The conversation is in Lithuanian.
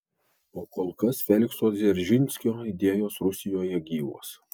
o kol kas felikso dzeržinskio idėjos rusijoje gyvos